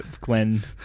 Glenn